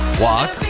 walk